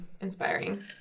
inspiring